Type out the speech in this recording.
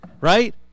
right